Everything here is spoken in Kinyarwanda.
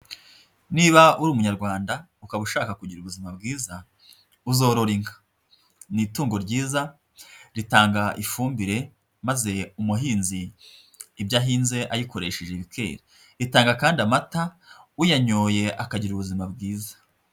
Niba uri umunyarwanda ukaba ushaka kugira ubuzima bwiza, uzorore inka. Ni itungo ryiza ritanga ifumbire, maze umuhinzi ibyo ahinze ayikoresheje bikera. Ritanga kandi amata, uyanyoye akagira ubuzima bwiza.